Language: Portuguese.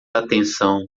atenção